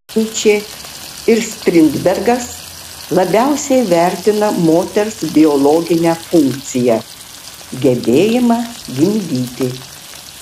nyčė ir strindbergas labiausiai vertina moters biologinę funkciją gebėjimą gimdyti